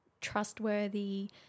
trustworthy